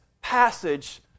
passage